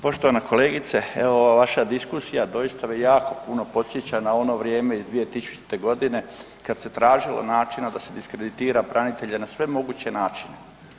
Poštovana kolegice, evo vaša diskusija doista me jako puno podsjeća na ono vrijeme iz 2000. g. kad se tražilo načina da se diskreditira branitelje na sve moguće načine.